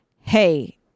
hey